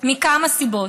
מכה סיבות: